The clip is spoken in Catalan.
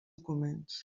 documents